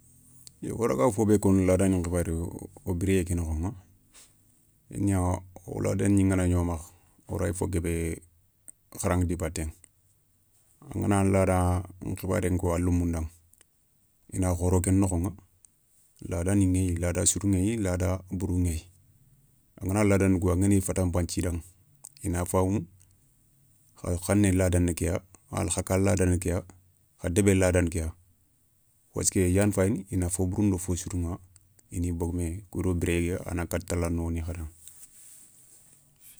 Yo wo raga ke be koηo ladanin khibaréηa wo biréyé ké nokhoηa kéniya wo ladani nganagni wo makha, wo rayi fo guébé kharaηa di batéηa, angana ladan khibarenko a lémou ndaηa i na khoro ké nokhoηa, lada ni ηéye lada sirou ηéyi, lada bourou ηéyi. Angana ladani kou wa angani fantanpanthi i daηa, i na famou, kha khané lada ni kéya, ma wala kha ka lada ni kéya, kha débé laada ni kéya, wathia ké i yana fayini i na fo bourou ndo fo sirouηa ini bogoumé kou do biréyé ké a na kata tala nowoni khada.